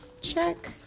check